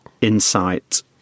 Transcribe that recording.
insight